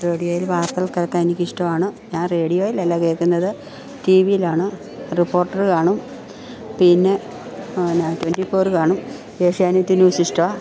റേഡിയോയിൽ വാർത്തകൾ കേൾക്കാൻ എനിക്കിഷ്ടവാണ് ഞാൻ റേഡിയോയിലല്ല കേൾക്കുന്നത് ടിവിയിലാണ് റിപ്പോർട്ടർ കാണും പിന്നെ ഞാൻ ട്വൻറ്റി ഫോർ കാണും ഏഷ്യാനെറ്റ് ന്യൂസ് ഇഷ്ടമാണ്